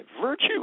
virtue